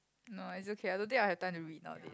no it's okay I don't think I have time to read all of it